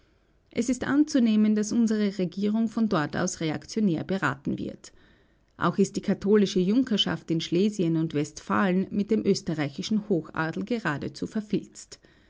es ist anzunehmen daß unsere regierung von dort aus reaktionär beraten wird auch ist die katholische junkerschaft in schlesien und westfalen mit dem österreichischen hochadel geradezu verfilzt